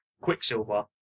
Quicksilver